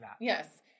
yes